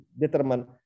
determined